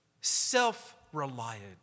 self-reliant